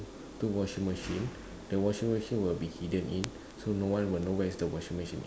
two washing machine the washing machine will be hidden in so no one will know where the washing machine is